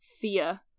fear